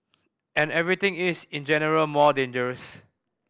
and everything is in general more dangerous